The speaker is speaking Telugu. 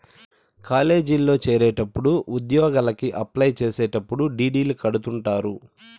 కాలేజీల్లో చేరేటప్పుడు ఉద్యోగలకి అప్లై చేసేటప్పుడు డీ.డీ.లు కడుతుంటారు